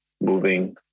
moving